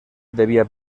debía